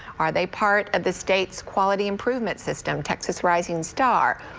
are they part of the state's quality improvement system, texas rising star,